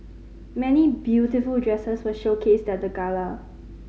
many beautiful dresses were showcased at the Gala